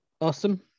awesome